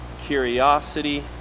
curiosity